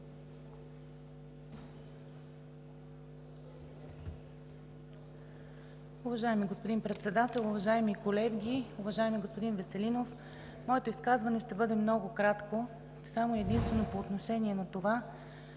Уважаеми господин Председател, уважаеми колеги! Уважаеми господин Веселинов, моето изказване ще бъде много кратко само и единствено по отношение на това,